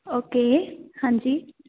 okay ਹਾਂਜੀ